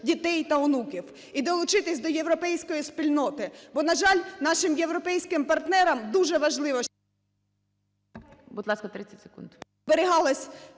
Дякую.